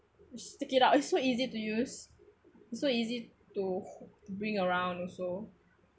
stick it out it's so easy to use so easy to bring around also